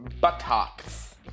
Buttocks